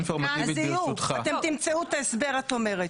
אתם תמצאו את ההסבר, את אומרת.